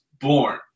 born